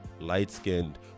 light-skinned